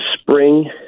spring